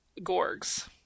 Gorgs